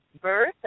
birth